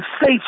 safe